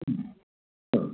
ആ